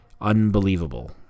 Unbelievable